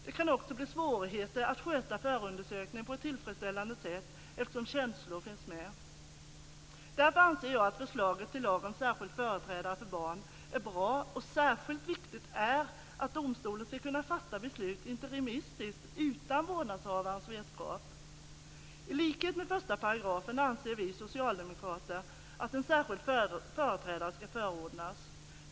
Det kan också bli svårigheter att sköta förundersökningen på ett tillfredsställande sätt, eftersom känslor finns med. Därför anser jag att förslaget till lag om särskild företrädare för barn är bra, och det är särskilt viktigt att domstolen ska kunna fatta beslut interimistiskt utan vårdnadshavarens vetskap. I likhet med vad som föreslås i 1 § anser vi socialdemokrater att en särskild företrädare ska förordnas.